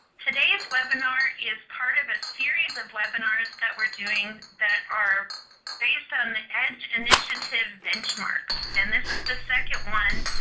today's webinar is part of a series of webinars that we are doing that are based on the edge initiatives benchmarks. and this is the second one.